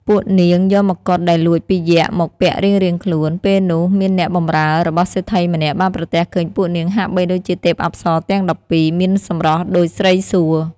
ពួកនាងយកម្កុដដែលលួចពីយក្ខមកពាក់រៀងៗខ្លួន ពេលនោះមានអ្នកបម្រើរបស់សេដ្ឋីម្នាក់បានប្រទះឃើញពួកនាងហាក់បីដូចជាទេពអប្សរទាំង១២ មានសម្រស់ដូចស្រីសួគ៌។